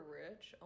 rich